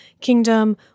kingdom